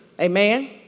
Amen